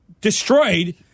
destroyed